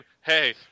hey